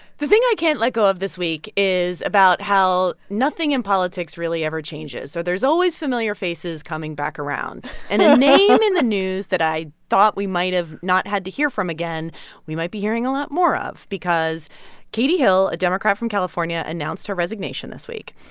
the thing i can't let go of this week is about how nothing in politics really ever changes, so there's always familiar faces coming back around and a name in the news that i thought we might've not had to hear from again we might be hearing a lot more of because katie hill, a democrat from california, announced her resignation this week.